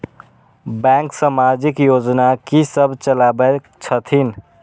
Bank समाजिक योजना की सब चलावै छथिन?